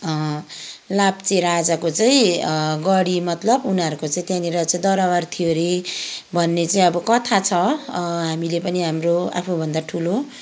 लाप्चे राजाको चाहिँ गढी मतलब उनीहरूको चाहिँ त्यहाँनिर चाहिँ दरबार थियो रे भन्ने चाहिँ अब कथा छ हामीले पनि हाम्रो आफुभन्दा ठुलो